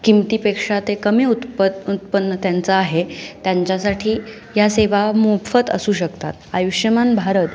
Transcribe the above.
किमतीपेक्षा ते कमी उत्पत उत्पन्न त्यांचं आहे त्यांच्यासाठी या सेवा मोफत असू शकतात आयुषमान भारत